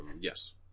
Yes